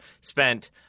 spent